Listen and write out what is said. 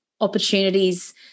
opportunities